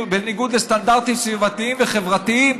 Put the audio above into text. בניגוד לסטנדרטים סביבתיים וחברתיים,